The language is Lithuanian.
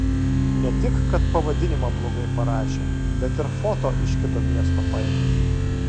ne tik kad pavadinimą blogai parašė bet ir foto iš kito miesto paėmė